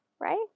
right